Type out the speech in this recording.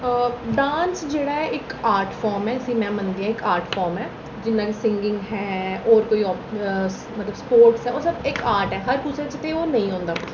dance जेह्ड़ा ऐ इक आर्ट फार्म ऐ जिसी में मनदी आं इक आर्ट फार्म ऐ जि'यां कि सींगिग ऐ होर कोई आप मतलब सपोर्ट ओह् सिर्फ इक आर्ट ऐ हर कुसै च ते ओह् निं होंदा